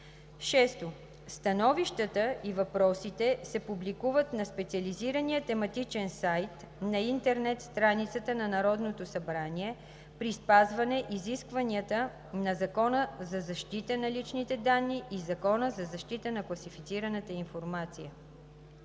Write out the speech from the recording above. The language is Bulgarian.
6. Становищата и въпросите се публикуват на специализирания тематичен сайт на интернет страницата на Народното събрание при спазване изискванията на Закона за защита на личните данни и Закона за защита на класифицираната информация.